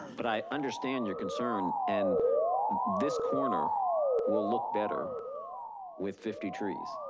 but i understand your concern. and this corner will look better with fifty trees.